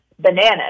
Bananas